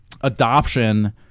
adoption